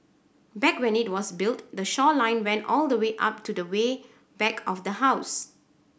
back when it was built the shoreline went all the way up to the way back of the house